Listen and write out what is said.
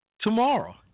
tomorrow